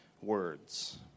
words